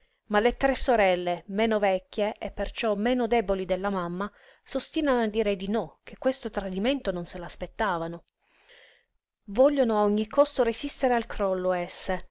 ma le tre sorelle meno vecchie e perciò meno deboli della mamma s'ostinano a dire di no che questo tradimento non se l'aspettavano vogliono a ogni costo resistere al crollo esse